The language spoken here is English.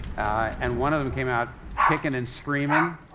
and one of them came out kicking and screaming.